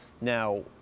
Now